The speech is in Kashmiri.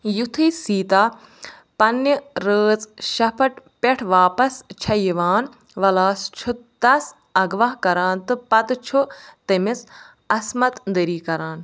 یُتھٕے سِیٖتا پنٛنہِ رٲژ شفٹ پٮ۪ٹھ واپس چھےٚ یِوان ولاس چھُ تَس اغوا کران تہٕ پتہٕ چھُ تٔمِس عَصمَت دٔری کران